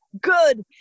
good